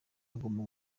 agomba